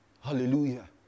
Hallelujah